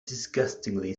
disgustingly